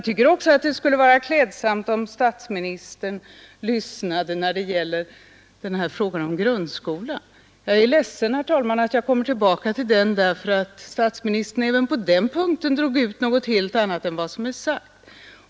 Det skulle ha varit klädsamt om statsministern lyssnat även när det gällde frågan om grundskolan. Jag är ledsen, herr talman, att jag kommer tillbaka till den, men även på den punkten åberopade statsministern något helt annat än vad som hade sagts.